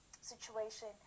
situation